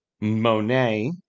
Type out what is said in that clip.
Monet